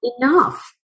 enough